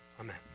Amen